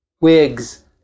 wigs